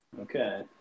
Okay